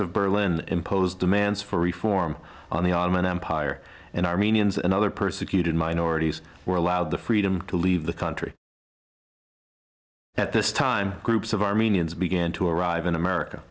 of berlin imposed demands for reform on the ottoman empire and armenians and other persecuted minorities were allowed the freedom to leave the country at this time groups of armenians began to arrive in america